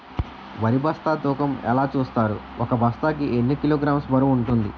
వరి బస్తా తూకం ఎలా చూస్తారు? ఒక బస్తా కి ఎన్ని కిలోగ్రామ్స్ బరువు వుంటుంది?